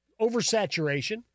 oversaturation